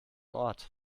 ort